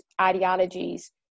ideologies